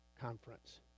conference